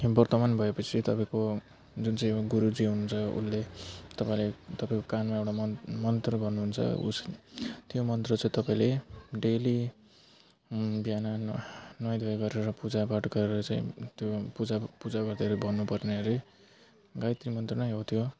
व्र्तबन्ध भए पछि त तपाईँको जुन चाहिँ गुरुजी हुनु हुन्छ उसले तपाईको कानमा एउटा मन्त्र गर्नु हुन्छ उयो त्यो मन्त्र चाहिँ तपाईँले डेली बिहान नुवाइ धुवाइ गरेर पूजा पाठ गरेर चाहिँ पूजा गर्दा भन्नु पर्ने हरे गायत्री मन्त्र नै हो त्यो